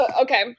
Okay